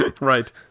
Right